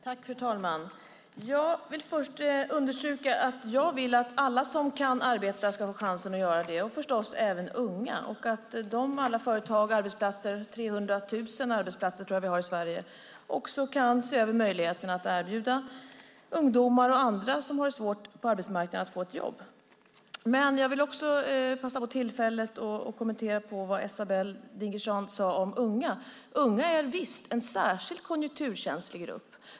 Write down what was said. Fru talman! Jag vill först understryka att jag vill att alla som kan arbeta ska ha chansen att göra det, och förstås även unga, och att alla företag och arbetsplatser - jag tror att vi har 300 000 arbetsplatser i Sverige - också kan se över möjligheten att erbjuda ungdomar och andra som har det svårt på arbetsmarknaden att få ett jobb. Jag vill också passa på tillfället att kommentera vad Esabelle Dingizian sade om unga. Unga är visst en särskilt konjunkturkänslig grupp.